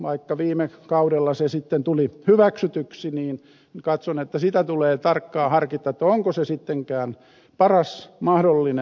vaikka viime kaudella se sitten tuli hyväksytyksi niin katson että sitä tulee tarkkaan harkita onko se sittenkään paras mahdollinen